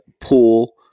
pool